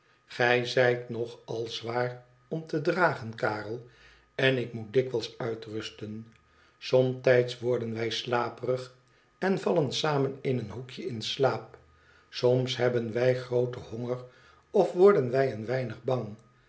gij zijt nog al zwaar om te dragen karel en ik moet dikwijls uitrusten somtijds worden wij slaperig en vallen samen in een hoekje in slaap soms hebben wij grooten honger of worden wij een wemig bang